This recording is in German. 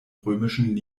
römischen